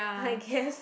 I guess